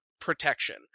protection